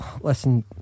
listen